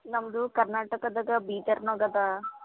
ನಮ್ಮದು ಕರ್ನಾಟಕದಗ ಬೀದರ್ನಾಗ ಅದ